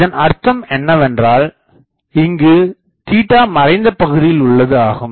இதன் அர்த்தம் என்னவென்றால் இங்கு மறைந்தபகுதியில் உள்ளது ஆகும்